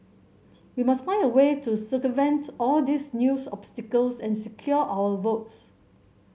we must find a way to circumvent all these new obstacles and secure our votes